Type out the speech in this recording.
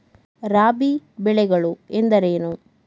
ರಾಬಿ ಬೆಳೆಗಳು ಎಂದರೇನು?